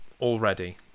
already